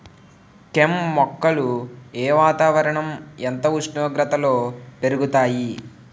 కెమ్ మొక్కలు ఏ వాతావరణం ఎంత ఉష్ణోగ్రతలో పెరుగుతాయి?